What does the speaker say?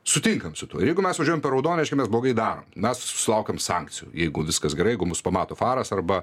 sutinkam su tuo ir jeigu mes važiuojam per raudoną reiškia mes blogai darom mes sulaukiam sankcijų jeigu viskas gerai jeigu mus pamato faras arba